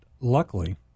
luckily